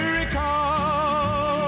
recall